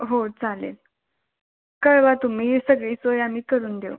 हो चालेल कळवा तुम्ही सगळी सोय आम्ही करून देऊ